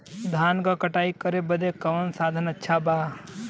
धान क कटाई करे बदे कवन साधन अच्छा बा?